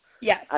Yes